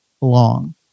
long